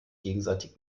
gegenseitig